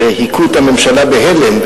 שהכו את הממשלה בהלם,